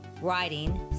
writing